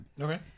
okay